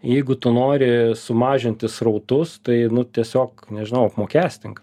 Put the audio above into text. jeigu tu nori sumažinti srautus tai nu tiesiog nežinau apmokestink